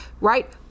right